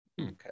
Okay